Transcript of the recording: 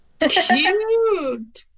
Cute